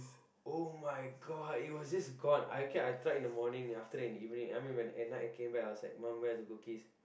[oh]-my-god it was just gone I okay I tried in the morning after that in the evening I mean when at night I came back I was like mom where are the cookies